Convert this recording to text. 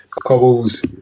cobbles